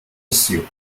issue